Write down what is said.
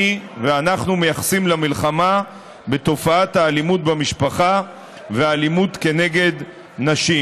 ואנחנו מייחסים למלחמה בתופעת האלימות במשפחה והאלימות כנגד נשים.